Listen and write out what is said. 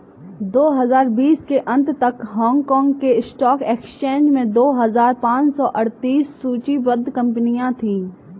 दो हजार बीस के अंत तक हांगकांग के स्टॉक एक्सचेंज में दो हजार पाँच सौ अड़तीस सूचीबद्ध कंपनियां थीं